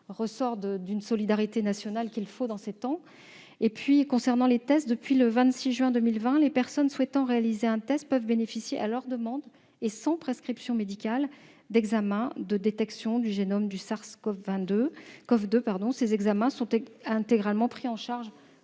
relèvent d'une solidarité nationale qui, en ces temps, est on ne peut plus nécessaire. Enfin, depuis le 26 juin dernier, les personnes souhaitant réaliser un test peuvent bénéficier, à leur demande et sans prescription médicale, d'examens de détection du génome du SARS-CoV-2. Ces examens sont intégralement pris en charge